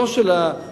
לא של הצד